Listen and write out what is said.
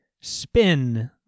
spin